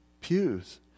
pews